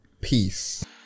Peace